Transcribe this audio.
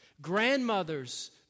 Grandmothers